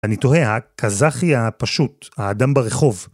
אני תוהה, הקזחי הפשוט, האדם ברחוב.